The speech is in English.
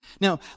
Now